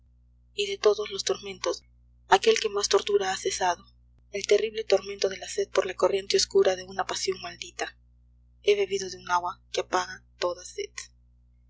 y de todos los tormentos aquel que más tortura ha cesado el terrible tormento de la sed por la corriente oscura de una pasión maldita he bebido de un agua que apaga toda sed